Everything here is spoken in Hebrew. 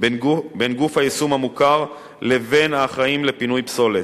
בין גוף היישום המוכר לבין האחראים לפינוי פסולת,